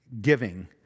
giving